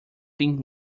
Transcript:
thing